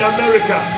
America